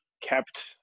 kept